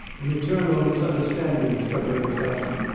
an eternal misunderstanding separates us.